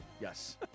Yes